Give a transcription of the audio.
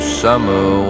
summer